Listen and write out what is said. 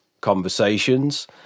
conversations